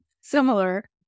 similar